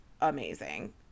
amazing